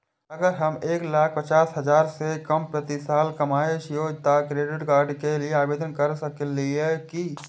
अगर हम एक लाख पचास हजार से कम प्रति साल कमाय छियै त क्रेडिट कार्ड के लिये आवेदन कर सकलियै की?